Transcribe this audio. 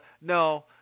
no